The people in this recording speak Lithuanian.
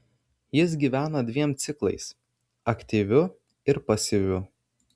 jis gyvena dviem ciklais aktyviu ir pasyviu